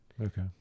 Okay